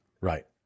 Right